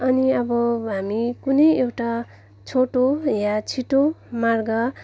अनि अब हामी कुनै एउटा छोटो वा छिटो मार्ग